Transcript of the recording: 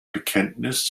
bekenntnis